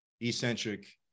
eccentric